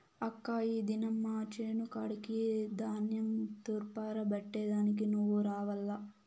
అక్కా ఈ దినం మా చేను కాడికి ధాన్యం తూర్పారబట్టే దానికి నువ్వు రావాల్ల